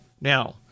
Now